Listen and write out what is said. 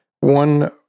one